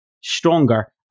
stronger